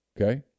Okay